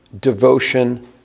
devotion